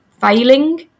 failing